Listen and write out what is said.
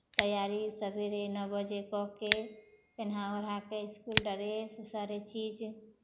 तैयारी सवेरे नओ बजे कऽ के पेन्हा ओढ़ा कऽ इसकुल ड्रेस सारी चीज